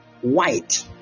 white